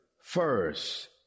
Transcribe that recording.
First